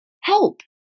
help